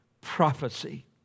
prophecy